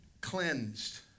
Cleansed